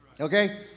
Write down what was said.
Okay